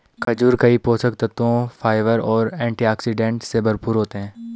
खजूर कई पोषक तत्वों, फाइबर और एंटीऑक्सीडेंट से भरपूर होते हैं